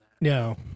No